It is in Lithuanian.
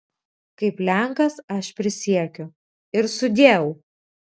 kaip lenkas aš prisiekiu ir sudieu